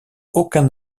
aucun